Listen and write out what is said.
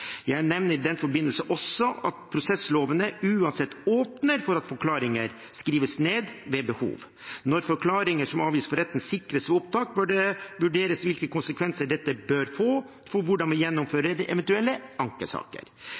Jeg nevner i den forbindelse også at prosesslovene uansett åpner for at forklaringer skrives ned ved behov. Når forklaringer som avgis for retten, sikres ved opptak, bør det vurderes hvilke konsekvenser dette bør få for hvordan vi gjennomfører eventuelle ankesaker.